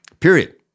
period